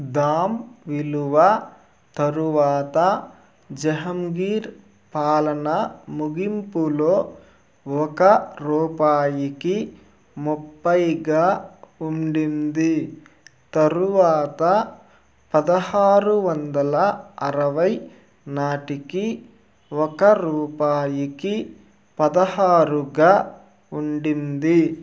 దామ్ విలువ తరువాత జహంగీర్ పాలన ముగింపులో ఒక రూపాయికి ముప్పైగా ఉండింది తరువాత పదహారు వందల అరవై నాటికి ఒక రూపాయికి పదహారుగా ఉండింది